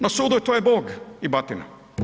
Na sudu to je Bog i batina.